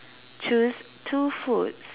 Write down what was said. choose two foods